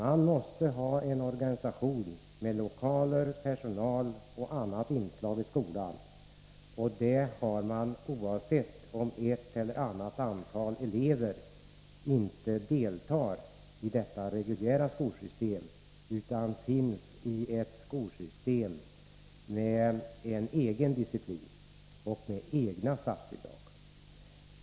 Man måste ha en organisation med lokaler, personal och andra inslag i skolan. Kostnader för detta har man oavsett om ett större eller mindre antal elever inte deltar i det reguljära skolsystemet, utan finns i ett skolsystem med en egen disciplin och med egna statsbidrag.